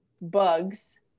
bugs